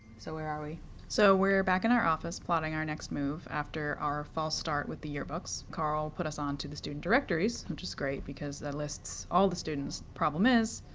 so where are we? a so we're back in our office plotting our next move after our false start with the yearbooks. carl put us onto the student directories, which is great because that lists all the students. problem is,